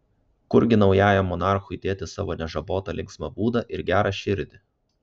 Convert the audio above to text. kurgi naujajam monarchui dėti savo nežabotą linksmą būdą ir gerą širdį